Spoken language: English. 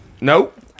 Nope